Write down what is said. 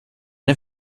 det